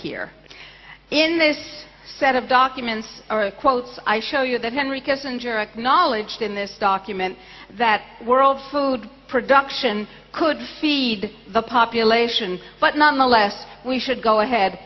here in this set of documents or quotes i show you that henry kissinger acknowledged in this document that world food production could feed the population but nonetheless we should go ahead